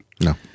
No